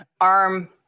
arm